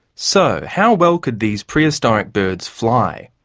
so, how well could these prehistoric birds fly?